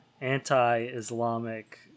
anti-islamic